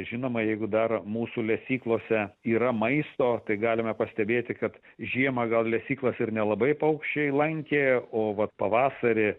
žinoma jeigu dar mūsų lesyklose yra maisto tai galime pastebėti kad žiemą gal lesyklas ir nelabai paukščiai lankė o vat pavasarį